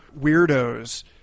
weirdos